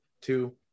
Two